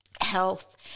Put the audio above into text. health